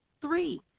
three